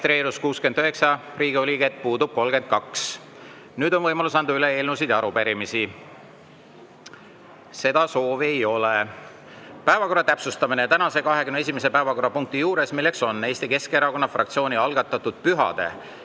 registreerus 69 Riigikogu liiget, puudub 32.Nüüd on võimalus anda üle eelnõusid ja arupärimisi. Seda soovi ei ole. Päevakorra täpsustamine: tänase 21. päevakorrapunkti juures, milleks on Eesti Keskerakonna fraktsiooni algatatud pühade